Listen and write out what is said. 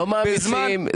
לא מעמיסים.